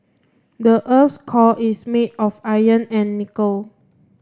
the earth's core is made of iron and nickel